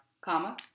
comma